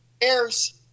Airs